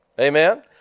Amen